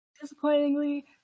Disappointingly